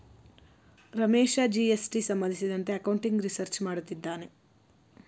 Ramesh GST ಸಂಬಂಧಿಸಿದಂತೆ accounting research ಮಾಡುತ್ತಿದ್ದಾನೆ